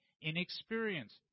inexperienced